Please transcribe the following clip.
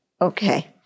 Okay